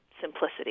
simplicity